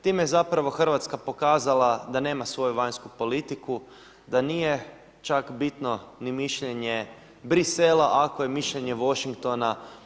Time je Hrvatska pokazala da nema svoju vanjsku politiku, da nije čak bitno ni mišljenje Bruxellesa, ako je mišljenje Washingtona.